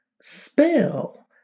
spell